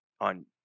on